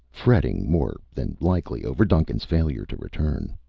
fretting, more than likely, over duncan's failure to return.